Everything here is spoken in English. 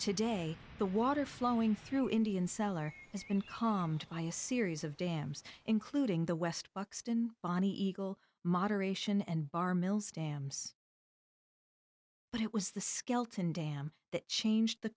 today the water flowing through indian cellar has been calmed by a series of dams including the west buxton bonnie eagle moderation and bar mills dams but it was the skelton dam that changed the